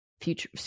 future